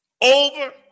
over